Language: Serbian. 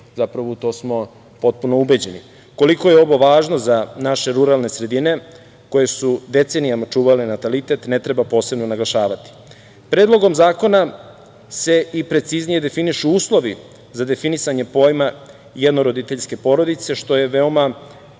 a u to smo potpuno ubeđeni. Koliko je ovo važno za naše ruralne sredine koje su decenijama čuvale natalitet ne treba posebno naglašavati. Predlogom zakona se i preciznije definišu uslovi za definisanje pojma jednoroditeljske porodice, što je veoma